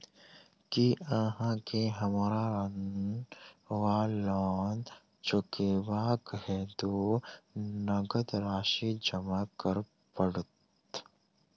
की अहाँ केँ हमरा ऋण वा लोन चुकेबाक हेतु नगद राशि जमा करऽ पड़त?